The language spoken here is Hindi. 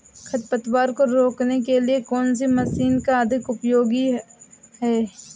खरपतवार को रोकने के लिए कौन सी मशीन अधिक उपयोगी है?